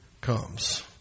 comes